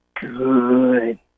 good